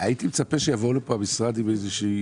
הייתי מצפה שהמשרד יבוא לכאן עם איזושהי